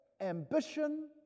ambition